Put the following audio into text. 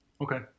Okay